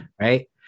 Right